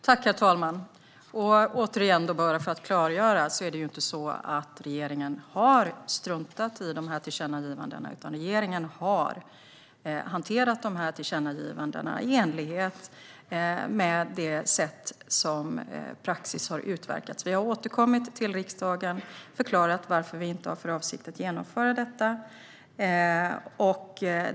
Herr talman! Låt mig återigen klargöra att regeringen inte har struntat i tillkännagivandena. Regeringen har hanterat tillkännagivandena i enlighet med hur praxis har utvecklats. Regeringen har återkommit till riksdagen och förklarat varför vi inte har för avsikt att genomföra förslaget.